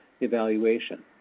evaluation